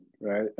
right